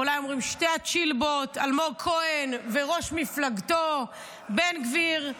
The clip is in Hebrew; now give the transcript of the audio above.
אלמוג כהן וראש מפלגתו בן גביר,